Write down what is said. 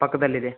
ಪಕ್ಕದಲ್ಲಿದೆ